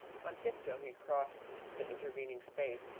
on tiptoe he crossed the intervening space,